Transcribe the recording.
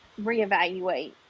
reevaluate